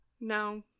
no